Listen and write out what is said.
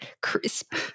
Crisp